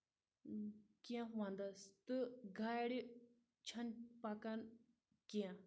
کیٚنٛہہ وَنٛدس تہٕ گاڑِ چھنہٕ پَکان کیٚنٛہہ